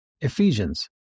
Ephesians